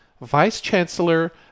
Vice-Chancellor